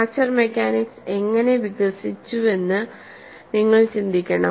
fracture mechanics എങ്ങനെ വികസിച്ചുവെന്ന് നിങ്ങൾ ചിന്തിക്കണം